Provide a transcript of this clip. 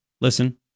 listen